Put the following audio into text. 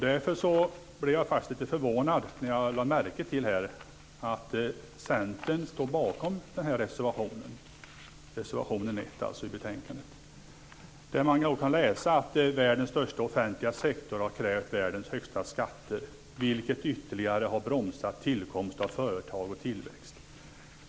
Därför blev jag faktiskt lite förvånad när jag lade märke till att Centern står bakom reservation 1 i betänkandet. Där kan man läsa att världens största offentliga sektor har krävt världen högsta skatter, vilket ytterligare har bromsat tillkomst av företag och tillväxt.